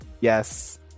Yes